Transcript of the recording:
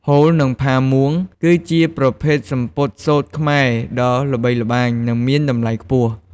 ហូល និងផាមួង គឺជាប្រភេទសំពត់សូត្រខ្មែរដ៏ល្បីល្បាញ និងមានតម្លៃខ្ពស់។